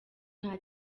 nta